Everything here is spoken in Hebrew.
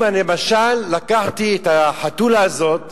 אם למשל לקחתי את החתולה הזאת